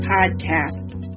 Podcasts